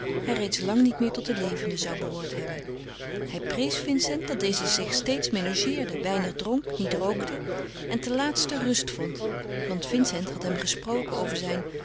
hij reeds lang niet meer tot de levenden zou behoord hebben hij prees vincent dat deze zich steeds menageerde weinig dronk niet rookte en ten laatste rust vond want vincent had hem gesproken over zijn